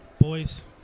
Boys